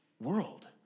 world